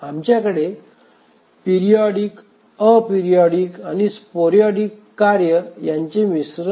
आमच्याकडे periodic aperiodic आणि sporadic कार्ये यांचे मिश्रण आहे